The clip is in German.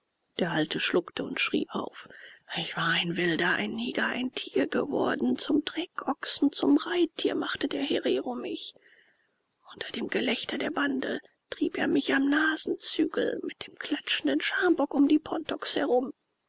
der alte schluckte und schrie auf ich war ein wilder ein neger ein tier geworden zum treckochsen zum reittier machte der herero mich unter dem gelächter der bande trieb er mich am nasenzügel mit dem klatschenden schambock um die pontoks herum